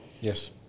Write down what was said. Yes